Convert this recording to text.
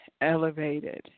elevated